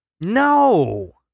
no